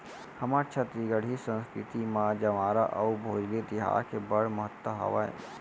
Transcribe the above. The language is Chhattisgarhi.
हमर छत्तीसगढ़ी संस्कृति म जंवारा अउ भोजली तिहार के बड़ महत्ता हावय